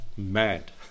mad